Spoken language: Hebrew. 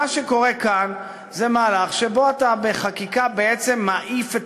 מה שקורה כאן זה מהלך שבו אתה בחקיקה מעיף את